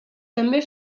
també